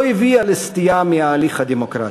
לא הביאה לסטייה מההליך הדמוקרטי.